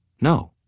No